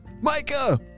Micah